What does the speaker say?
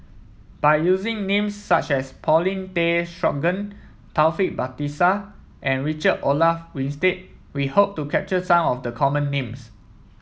by using names such as Paulin Tay Straughan Taufik Batisah and Richard Olaf Winstedt we hope to capture some of the common names